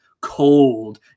cold